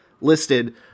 listed